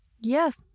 Yes